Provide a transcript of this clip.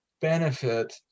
benefit